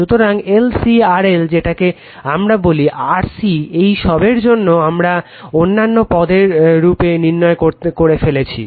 সুতরাং L C RL যেটাকে আমরা বলি RC এই সবের মান আমারা অন্যান্য পদের রূপে নির্ণয় করে ফেলেছি